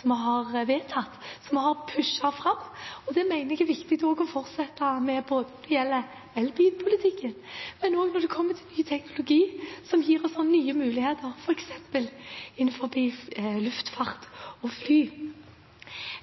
som vi har vedtatt, som vi har pushet fram. Det mener jeg er viktig også å fortsette med når det gjelder elbilpolitikken, men også når det kommer til ny teknologi som gir oss nye muligheter f.eks. innenfor luftfart og fly.